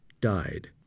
died